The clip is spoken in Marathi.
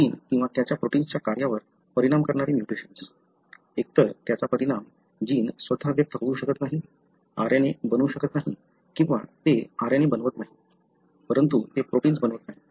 जीन किंवा त्याच्या प्रोटिन्सच्या कार्यावर परिणाम करणारे म्युटेशन्स एकतर त्याचा परिणाम जीन स्वतः व्यक्त होऊ शकत नाही RNA बनू शकत नाही किंवा ते RNA बनवत नाही परंतु ते प्रोटिन्स बनवत नाही